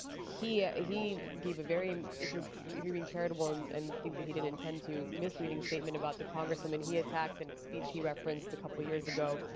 he ah he gave a very, if you're if you're being charitable and and think he didn't intend to, misleading statement about the congresswoman he attacked in a speech he referenced a couple of years ago.